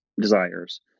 desires